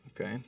okay